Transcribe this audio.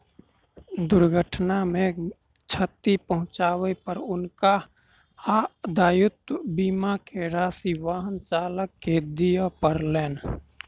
दुर्घटना मे क्षति पहुँचाबै पर हुनका दायित्व बीमा के राशि वाहन चालक के दिअ पड़लैन